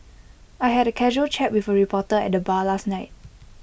I had A casual chat with A reporter at the bar last night